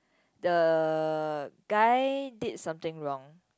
the guy did something wrong